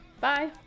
Bye